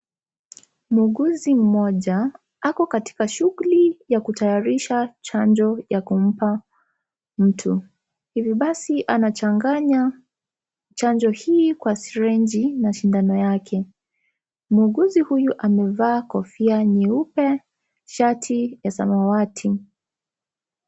Muuguzi mmoja ako katika shughuli ya kutayarisha chanjo ya kumpa mtu, hivi basi anachanganya chanjo hii kwa sirenji na shindano yake muuguzi huyu amevaa kofia nyeupe shati ya samawati.